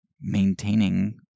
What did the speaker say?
maintaining